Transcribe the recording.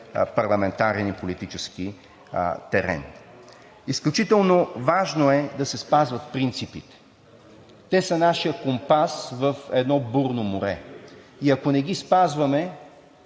парламентарен и политически терен. Изключително важно е да се спазват принципите. Те са нашият компас в едно бурно море и, ако не ги спазваме,